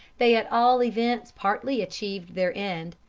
they at all events partly achieved their end,